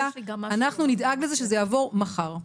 אנחנו נדאג שזה יעבור מחר.